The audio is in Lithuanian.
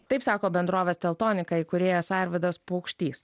taip sako bendrovės teltonika įkūrėjas arvydas paukštys